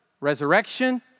resurrection